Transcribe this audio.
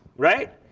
right?